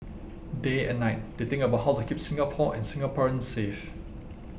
day and night they think about how to keep Singapore and Singaporeans safe